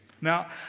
Now